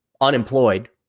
unemployed